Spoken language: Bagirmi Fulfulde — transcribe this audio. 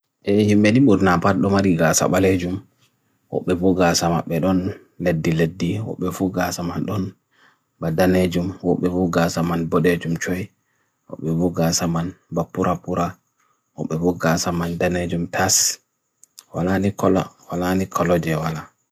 Ianmeni bur naiva prepares wana, worryanon nben la ba manizh road of the Alpala Wokepi pukas mandewot jennaj u raka wokepo pukas mandewot in Compared to perilous areas Wokepi puke start in row and kundukh Oil Wokepi puke start to realize that you succeed and you are not or you are still in ability or in Pretерб justo wagaлей